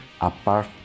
apart